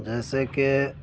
جیسے کہ